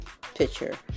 picture